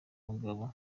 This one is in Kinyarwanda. mugabo